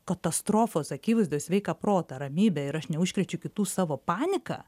katastrofos akivaizdoj sveiką protą ramybę ir aš neužkrėčiau kitų savo panika